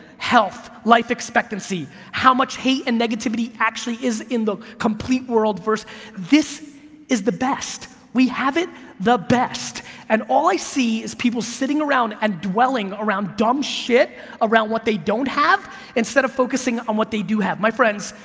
health, life expectancy, how much hate and negativity actually is in the complete world, this is the best. we have it the best and all i see is people sitting around and dwelling around dumb shit around what they don't have instead of focusing on what they do have. my friends,